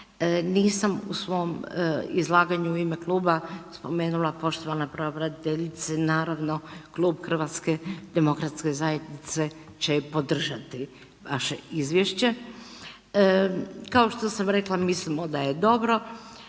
nisam u svom izlaganju u ime kluba spomenula poštovana pravobraniteljice naravno Klub HDZ-a će podržati vaše izvješće. Kao što sam rekla, mislimo da je dobro